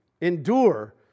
endure